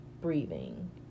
breathing